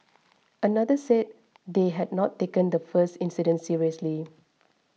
another said they had not taken the first incident seriously